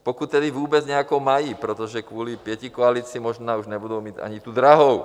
Pokud tedy vůbec nějakou mají, protože kvůli pětikoalici možná už nebudou mít ani tu drahou.